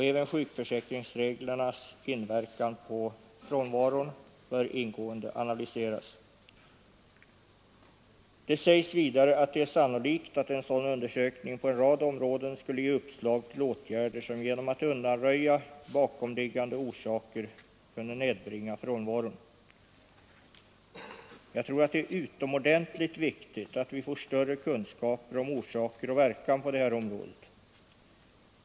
Även sjukförsäkringsreglernas inverkan på frånvaron bör ingående analyseras. Det sägs vidare att det är sannolikt att en sådan undersökning på en rad områden skulle ge uppslag till åtgärder som genom att undanröja bakomliggande orsaker kunde nedbringa frånvaron. Jag tror att det är utomordentligt viktigt att vi får större kunskaper om orsaker och verkan på det här området.